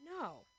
No